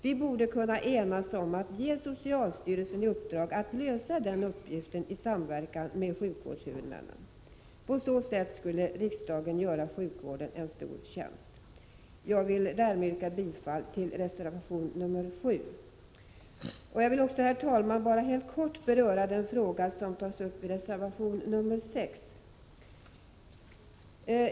Vi borde kunna enas om att ge socialstyrelsen i uppdrag att lösa den uppgiften i samverkan med sjukvårdshuvudmännen. På så sätt skulle riksdagen göra sjukvården en stor tjänst. Jag yrkar bifall till reservation 7. Herr talman! Jag vill också helt kort beröra den fråga som tas upp i reservation 6.